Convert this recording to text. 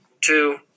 Two